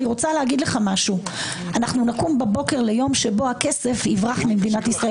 אנחנו נקום ליום שבו הכסף יברח ממדינות ישראל.